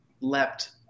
leapt